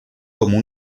como